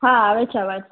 હા આવે છે અવાજ